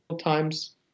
times